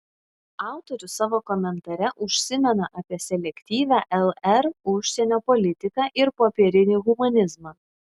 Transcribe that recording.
autorius savo komentare užsimena apie selektyvią lr užsienio politiką ir popierinį humanizmą